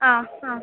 आ हा